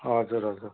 हजुर हजुर